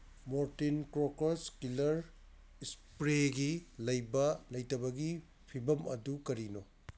Mortein ꯀ꯭ꯔꯣꯀ꯭ꯔꯣꯁ ꯀꯤꯂꯔ ꯏꯁꯄ꯭ꯔꯦꯒꯤ ꯂꯩꯕ ꯂꯩꯇꯕꯒꯤ ꯐꯤꯕꯝ ꯑꯗꯨ ꯀꯔꯤꯅꯣ